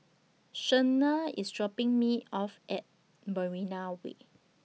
Shenna IS dropping Me off At Marina Way